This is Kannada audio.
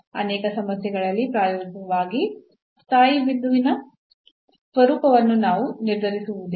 ಅನೇಕ ಸಮಸ್ಯೆಗಳಲ್ಲಿ ಪ್ರಾಯೋಗಿಕವಾಗಿ ಸ್ಥಾಯಿ ಬಿಂದುವಿನ ಸ್ವರೂಪವನ್ನು ನಾವು ನಿರ್ಧರಿಸುವುದಿಲ್ಲ